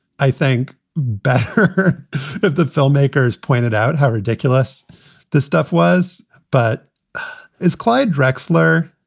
i think, better if the filmmakers pointed out how ridiculous this stuff was but as clyde drexler,